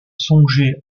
songeait